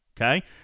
okay